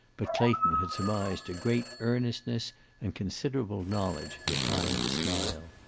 but clayton had surmised a great earnestness and considerable knowledge behind the smile.